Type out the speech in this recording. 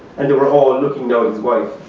and they were all and looking now at his wife.